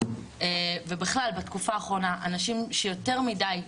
ובכלל בתקופה האחרונה אנשים שיותר מדי,